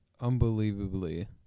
Unbelievably